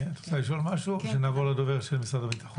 את רוצה לשאול משהו או שנעבור לדובר של משרד הביטחון?